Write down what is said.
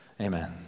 Amen